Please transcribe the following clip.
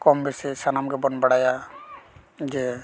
ᱠᱚᱢ ᱵᱮᱥᱤ ᱥᱟᱱᱟᱢ ᱜᱮᱵᱚᱱ ᱵᱟᱲᱟᱭᱟ ᱡᱮ